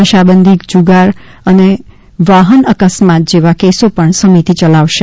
નશાબંધી જુગાર અને વાહન અકસ્માત જેવા કેસો પણ સમિતિ યલાવશે